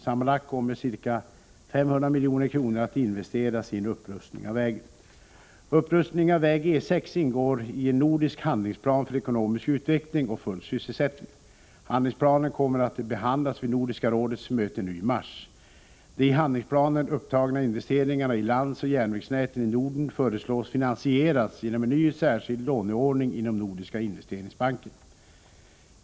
Sammanlagt kommer ca 500 milj.kr. att investeras i en upprustning av vägen. Upprustningen av väg E 6 ingår i en nordisk handlingsplan för ekonomisk utveckling och full sysselsättning. Handlingsplanen kommer att behandlas vid Nordiska rådets möte nu i mars. De i handlingsplanen upptagna investeringarna i landsvägsoch järnvägsnäten i Norden föreslås finansieras genom en ny särskild låneordning inom Nordiska investeringsbanken.